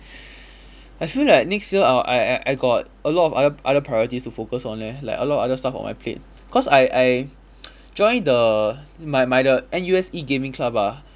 I feel like next year I I I got a lot of other other priorities to focus on leh like a lot of other stuff on my plate cause I I joined the my my the N_U_S E gaming club ah